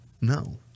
no